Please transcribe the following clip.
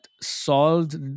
solved